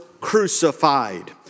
crucified